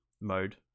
mode